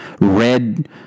red